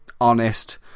honest